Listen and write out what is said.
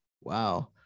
wow